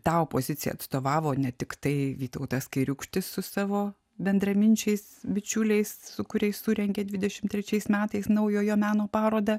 tą opoziciją atstovavo ne tiktai vytautas kairiūkštis su savo bendraminčiais bičiuliais su kuriais surengė dvidešimt trečiais metais naujojo meno parodą